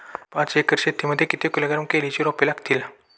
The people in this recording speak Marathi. पाच एकर शेती मध्ये किती किलोग्रॅम केळीची रोपे लागतील?